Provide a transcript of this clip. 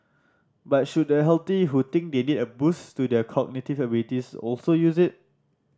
but should the healthy who think they need a boost to their cognitive abilities also use it